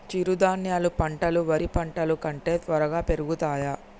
చిరుధాన్యాలు పంటలు వరి పంటలు కంటే త్వరగా పెరుగుతయా?